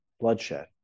bloodshed